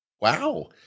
Wow